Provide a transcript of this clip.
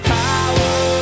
power